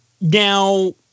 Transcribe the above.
Now